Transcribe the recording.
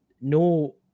no